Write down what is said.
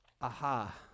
aha